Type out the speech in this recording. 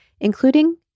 including